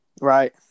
right